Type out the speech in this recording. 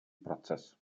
процесс